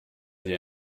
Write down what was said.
dir